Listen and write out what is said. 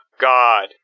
god